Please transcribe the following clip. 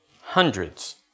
hundreds